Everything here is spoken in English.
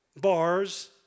bars